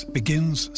begins